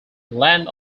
land